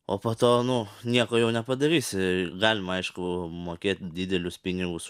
o po to nu nieko jau nepadarysi galima aišku mokėt didelius pinigus